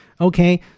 Okay